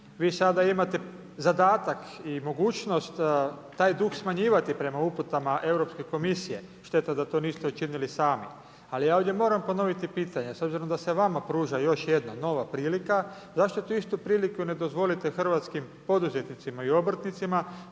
Vi sada imate zadatak i mogućnost taj dug smanjivati prema uputama Europske komisije, šteta što to niste učinili sami. Ali ja ovdje moram ponoviti pitanje, s obzirom da se vama pruža još jedna nova prilika, zašto tu isto priliku ne dozvolite hrvatskim poduzetnicima i obrtnicima,